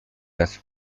las